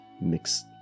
mix